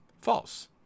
false